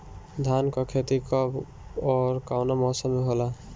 धान क खेती कब ओर कवना मौसम में होला?